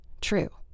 true